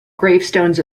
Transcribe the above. gravestones